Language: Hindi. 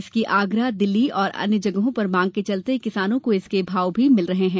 इसकी आगरा दिल्ली और अन्य जगहों पर मांग के चलते किसानों को इसके भाव भी अच्छे मिल रहे हैं